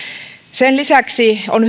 sen lisäksi on